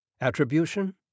Attribution